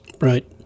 Right